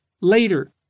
later